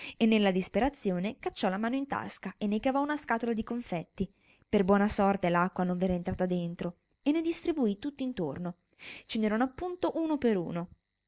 e nella disperazione cacciò la mano in tasca e ne cavò una scatola di confetti per buona sorte l'acqua non v'era entrata dentro e ne distribuì tutt'intorno ce ne erano appunto uno per uno